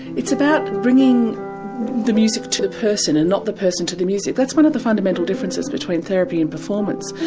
it's about bringing the music to the person and not the person to the music, that's one of the fundamental differences between therapy and performance.